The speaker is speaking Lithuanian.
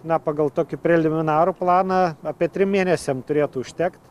na pagal tokį preliminarų planą apie trim mėnesiam turėtų užtekt